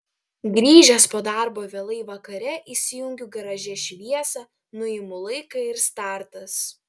grįžęs po darbo vėlai vakare įsijungiu garaže šviesą nuimu laiką ir startas